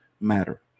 matter